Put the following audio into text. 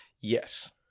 Yes